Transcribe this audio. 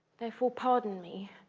therefore pardon me,